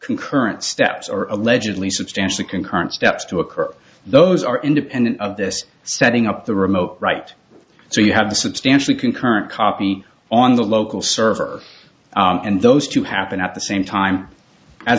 concurrent steps or allegedly substantially concurrent steps to occur those are independent of this setting up the remote right so you have to substantially concurrent copy on the local server and those two happen at the same time as